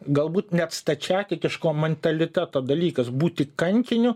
galbūt net stačiatikiško mentaliteto dalykas būti kankiniu